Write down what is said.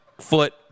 foot